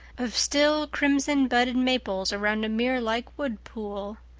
of still, crimson-budded maples around a mirrorlike wood pool,